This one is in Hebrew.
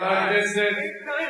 מי צריך משרד דתות?